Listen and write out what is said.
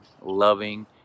loving